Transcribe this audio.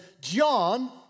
John